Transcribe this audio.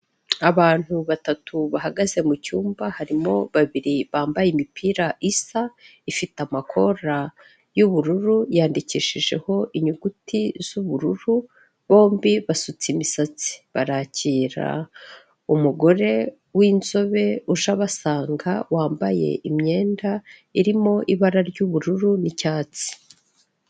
Abantu batatu bahagaze mu cyumba, harimo babiri bambaye imipira isa ifite amakora y'ubururu yandikishijeho inyuguti z'ubururu, bombi basutse imisatsi, barakira umugore w'inzobe uje abasanga wambaye imyenda irimo ibara ry'ubururu n'icyatsi.